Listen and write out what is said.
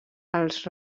als